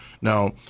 Now